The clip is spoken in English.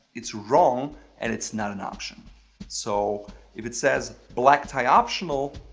it's wrong and it's not an option so if it says black tie optional,